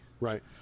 Right